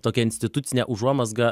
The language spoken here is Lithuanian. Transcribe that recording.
tokią institucinę užuomazgą